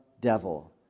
devil